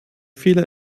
viele